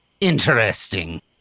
interesting